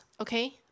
okay